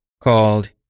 called